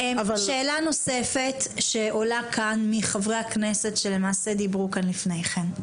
שאלה נוספת שעולה כאן מחברי הכנסת שלמעשה דיבור כאן לפני כן,